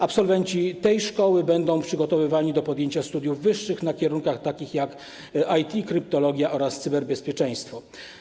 Absolwenci tej szkoły będą przygotowywani do podjęcia studiów wyższych na kierunkach takich jak IT, kryptologia oraz cyberbezpieczeństwo.